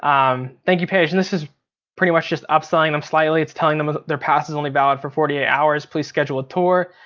um thank you page and this is pretty much just upselling them slightly. it's telling them their pass is only valid for forty eight hours, please schedule a tour.